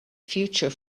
future